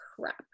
crap